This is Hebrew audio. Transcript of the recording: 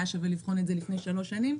היה שווה לבחון את זה לפני שלוש שנים,